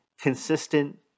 consistent